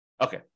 Okay